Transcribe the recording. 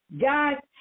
God